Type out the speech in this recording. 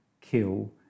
kill